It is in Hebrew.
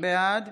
בעד